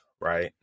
right